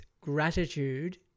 Gratitude